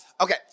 okay